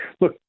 look